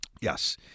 Yes